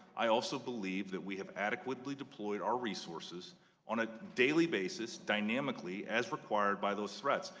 i also believe that we have adequately deployed our resources on a daily basis, dynamically as required by those threats.